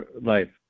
life